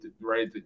right